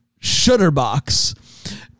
Shutterbox